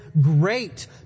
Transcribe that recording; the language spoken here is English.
great